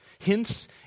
Hence